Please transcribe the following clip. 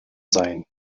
sein